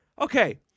Okay